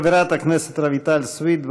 חברת הכנסת רויטל סויד,